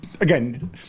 Again